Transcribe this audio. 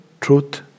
truth